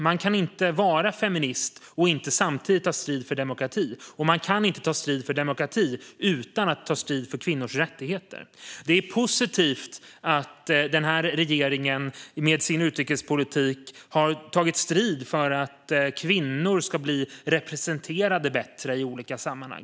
Man kan inte vara feminist och inte samtidigt ta strid för demokratin, och man kan inte ta strid för demokratin utan att ta strid för kvinnors rättigheter. Det är positivt att den här regeringen med sin utrikespolitik har tagit strid för att kvinnor ska bli representerade bättre i olika sammanhang.